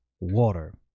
water